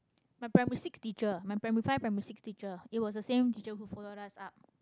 my primary six teacher my primary five primary six teacher it was the same teacher who followed us up